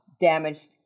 damaged